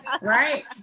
right